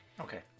Okay